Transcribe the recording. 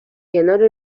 کنار